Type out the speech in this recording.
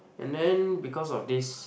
and then because of this